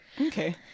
Okay